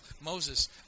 Moses